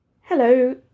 Hello